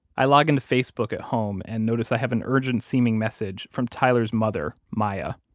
i log into facebook at home and notice i have an urgent-seeming message from tyler's mother, maya.